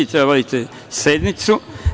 Treba da vodite sednicu.